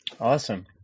Awesome